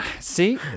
see